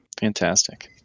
fantastic